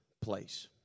place